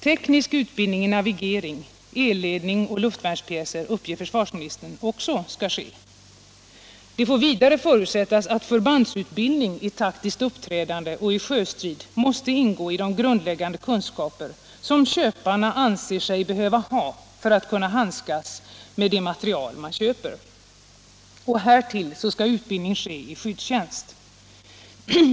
Teknisk utbildning i navigering, eldledning och luftvärnspjäser uppger försvarsministern också skall ske. Det får vidare förutsättas att förbandsutbildning i taktiskt uppträdande och sjöstrid måste ingå i de grundläggande kunskaper som köparna anser sig behöva ha för att kunna handskas med den materiel de köpt. Härtill skall utbildning ske i skyddstjänst.